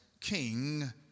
king